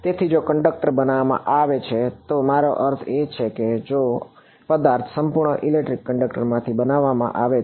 તેથી જો કંડક્ટર બનાવવામાં આવે છે તો મારો અર્થ એ છે કે જો પદાર્થ સંપૂર્ણ ઇલેક્ટ્રિક કંડક્ટરમાંથી બનાવવામાં આવે છે